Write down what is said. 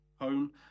home